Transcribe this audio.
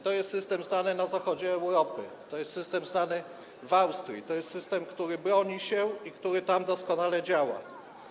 To jest system znany na zachodzie Europy, to jest system znany w Austrii, to jest system, który się broni i który tam doskonale działa.